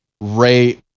Ray